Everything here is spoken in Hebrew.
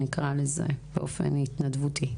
באופן התנדבותי.